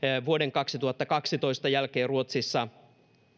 vuoden kaksituhattakaksitoista jälkeen ruotsissa